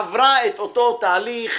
עבר את אותו תהליך,